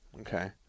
Okay